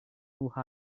who